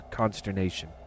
consternation